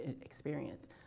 experience